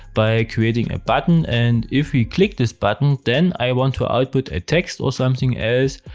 by creating a button, and if we click this button, then i want to output a text or something else.